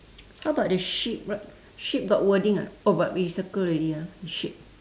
how about the sheep sheep got wording or not oh but we circle already ah the sheep